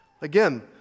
Again